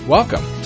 Welcome